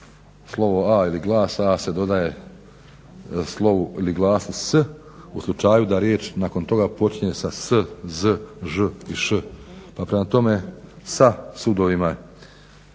slovo a ili glas a se dodaje slovu ili glasu s u slučaju da riječ nakon toga počinje sa s, z, ž i š. Pa prema tome sa sudova